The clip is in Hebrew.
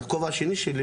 בכובע השני,